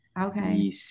Okay